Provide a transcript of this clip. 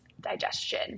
digestion